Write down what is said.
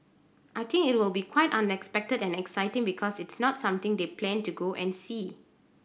I think it will be quite unexpected and exciting because it's not something they plan to go and see